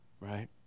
Right